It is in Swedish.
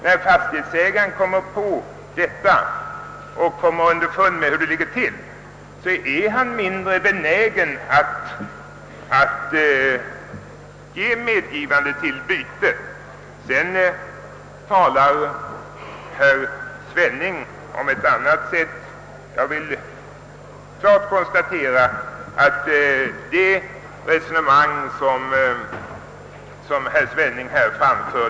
När fastighetsägaren i sådana fall kommer underfund med hur saken ligger till, blir han givetvis mindre benägen att medge ett byte. Herr Svenning talar i detta sammanhang också om ett annat tillvägagångssätt.